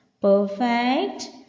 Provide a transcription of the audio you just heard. Perfect